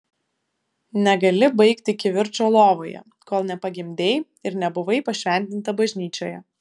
negali baigti kivirčo lovoje kol nepagimdei ir nebuvai pašventinta bažnyčioje